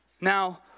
Now